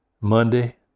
Monday